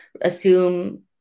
assume